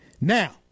Now